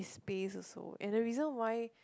is pays also and the reason why